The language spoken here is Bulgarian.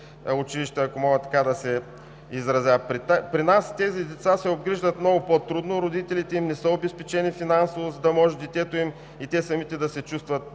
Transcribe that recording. училища, ако мога така да се изразя. При нас тези деца се отглеждат много по-трудно. Родителите им не са обезпечени финансово, за да може детето им и те самите да се чувстват